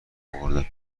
اوردم